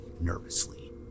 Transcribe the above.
nervously